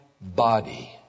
body